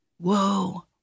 Whoa